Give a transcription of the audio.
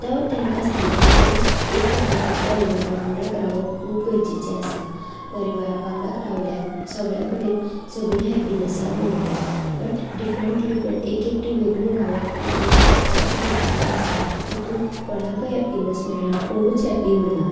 तो तांकां सांगता की एक वांगडा परिवारांत रावप खूब गरजेचें आसा परिवारा वांगडाच रावल्यार सगळ्यां कडेन सगळीं हॅपिनसांत उरता बट डिफरंट डिफरंट एकएकटी वेगळीं रावप हातूंत कांयच गरजेचें आसना तातूंत कोणाकय हॅपिनस मेळना कोणूच हॅपी उरना